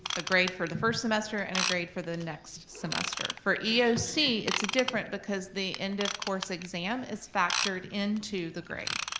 a grade for the first semester and a grade for the next semester. for eoc it's different, because the end of course exam is factored into the grade.